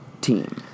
team